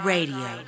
Radio